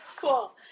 Cool